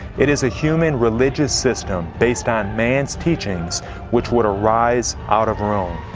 it is a human, religious system based on man's teachings which would rise out of rome.